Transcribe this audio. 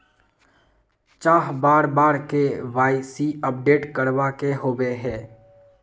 चाँह बार बार के.वाई.सी अपडेट करावे के होबे है?